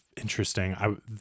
interesting